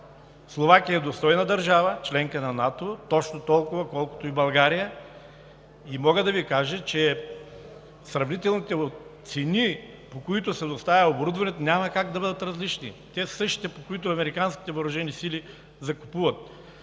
Словакия е достойна държава, членка на НАТО е точно толкова, колкото и България, и мога да Ви кажа, че сравнителните цени, по които се доставя оборудването, няма как да бъдат различни. Те са същите, по които американските въоръжени сили закупуват.